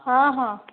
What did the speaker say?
ହଁ ହଁ